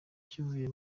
kivuye